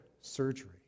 surgery